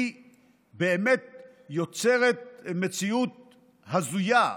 היא באמת יוצרת מציאות הזויה,